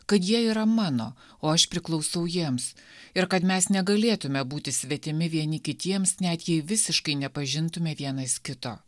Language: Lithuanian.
kad jie yra mano o aš priklausau jiems ir kad mes negalėtume būti svetimi vieni kitiems net jei visiškai nepažintume vienas kito